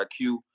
IQ